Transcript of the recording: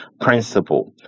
principle